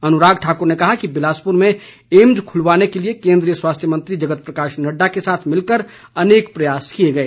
अनुराग ठाकुर ने कहा कि बिलासपुर में एम्स खुलवाने के लिए केन्द्रीय स्वास्थ्य मंत्री जगत प्रकाश नड्डा के साथ मिलकर अनेक प्रयास किए गए